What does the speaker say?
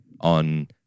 on